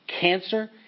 cancer